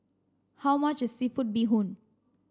how much seafood bee hoon